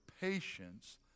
patience